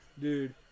dude